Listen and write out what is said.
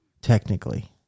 technically